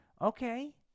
Okay